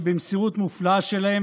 שבמסירות מופלאה שלהם,